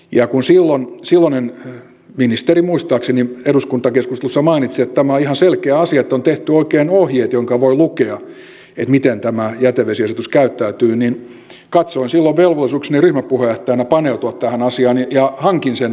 ja kun silloinen ministeri muistaakseni eduskuntakeskustelussa mainitsi että tämä on ihan selkeä asia ja että on tehty oikein ohjeet joista voi lukea miten tämä jätevesiasetus käyttäytyy niin katsoin silloin velvollisuudekseni ryhmäpuheenjohtajana paneutua tähän asiaan ja hankin sen aineiston